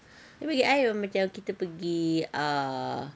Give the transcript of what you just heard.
tapi I macam kita pergi ah